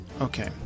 Okay